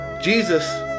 Jesus